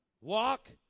Walk